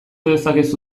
dezakezu